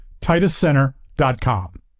TitusCenter.com